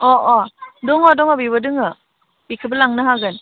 अ अ दङ दङ बेबो दोङो बेखोबो लांनो हागोन